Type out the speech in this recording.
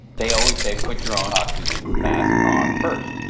they always say, put your own oxygen mask on first.